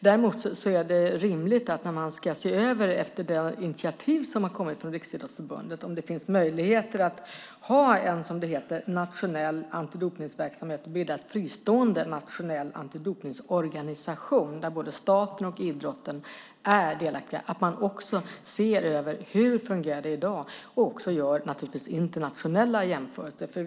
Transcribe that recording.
Däremot är det rimligt att man, när man efter Riksidrottsförbundets initiativ gör en översyn och ser om det finns möjligheter att ha en, som det heter, nationell antidopningsverksamhet och att bilda en fristående nationell antidopningsorganisation där både staten och idrotten är delaktiga, också ser över hur det i dag fungerar och, naturligtvis, gör internationella jämförelser.